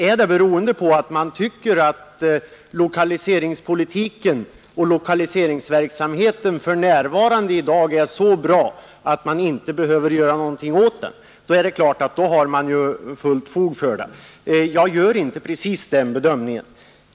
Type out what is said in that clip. Är det beroende på att man tycker att lokaliseringspolitiken och lokaliseringsverksamheten för närvarande är så bra att man inte behöver göra någonting åt dem, så är det klart att man har fullt fog för sitt ställningstagande. Jag gör inte precis den bedömningen.